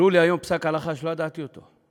הראו לי היום פסק הלכה שלא ידעתי אותו,